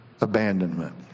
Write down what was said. abandonment